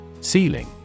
Ceiling